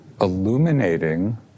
illuminating